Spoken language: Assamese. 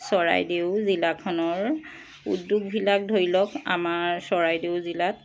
চৰাইদেউ জিলাখনৰ উদ্যোগবিলাক ধৰি লওক আমাৰ চৰাইদেউ জিলাত